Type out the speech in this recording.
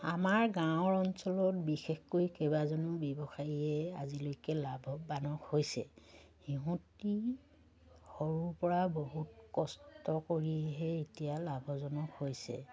আমাৰ গাঁৱৰ অঞ্চলত বিশেষকৈ কেইবাজনো ব্যৱসায়ীয়ে আজিলৈকে লাভৱানক হৈছে সিহঁতি সৰুৰ পৰা বহুত কষ্ট কৰিহে এতিয়া লাভজনক হৈছে